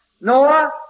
Noah